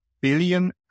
billion